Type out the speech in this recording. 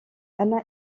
ana